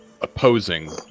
opposing